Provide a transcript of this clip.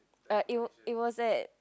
uh it it was at